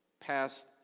passed